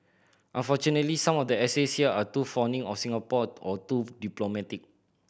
unfortunately some of the essays here are too fawning of Singapore or too diplomatic